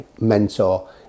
mentor